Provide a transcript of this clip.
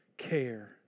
care